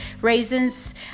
raisins